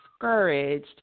discouraged